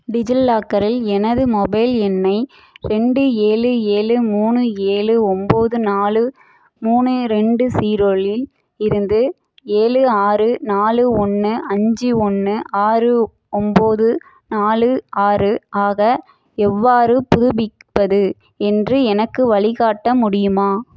டிஜிலாக்கரில் எனது மொபைல் எண்ணை ரெண்டு ஏழு ஏழு மூணு ஏழு ஒன்பது நாலு மூணு ரெண்டு ஜீரோலில் இருந்து ஏழு ஆறு நாலு ஒன்று அஞ்சு ஒன்று ஆறு ஒன்பது நாலு ஆறு ஆக எவ்வாறு புதுப்பிப்பது என்று எனக்கு வழிகாட்ட முடியுமா